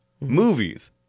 movies